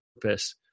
purpose